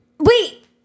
Wait